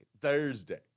Thursday